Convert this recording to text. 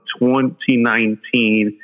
2019